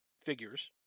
figures